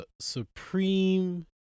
Supreme